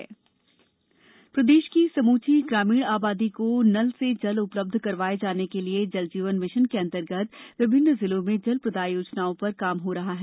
जल जीवन मिशन प्रदेश की समूची ग्रामीण आबादी को नल से जल उपलब्ध करवाये जाने के लिए जल जीवन मिशन के अन्तर्गत विभिन्न जिलों में जल प्रदाय योजनाओं का काम हो रहा है